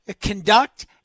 conduct